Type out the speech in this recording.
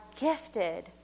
gifted